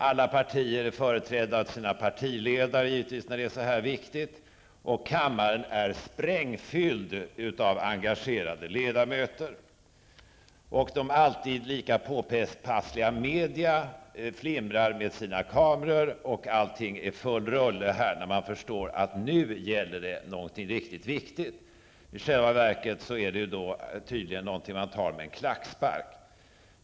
Alla partier borde givetvis vara företrädda av sina partiledare när frågan är så viktig, och kammaren borde vara sprängfylld av engagerade ledamöter. De alltid lika påpassliga media borde flimra med sina kameror, och allting borde vara full rulle här. Man skulle då förstå att det nu gäller något mycket viktigt. I själva verket är det tydligen något man tar med en klackspark.